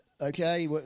okay